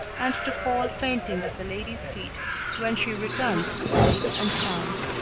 and to fall fainting at the lady's feet when she returns safe and sound.